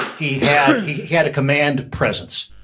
he had he had a command presence.